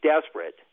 desperate